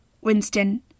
Winston